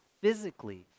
physically